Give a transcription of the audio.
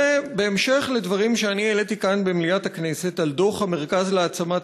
זה בהמשך לדברים שהעליתי כאן במליאת הכנסת על דוח המרכז להעצמת